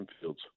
Fields